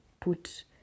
put